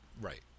right